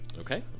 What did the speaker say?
Okay